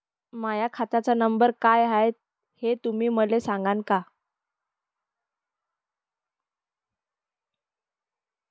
माह्या खात्याचा नंबर काय हाय हे तुम्ही मले सागांन का?